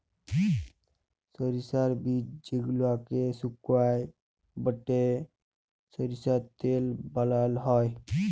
সরষার বীজ যেগলাকে সুকাই বাঁটে সরষার তেল বালাল হ্যয়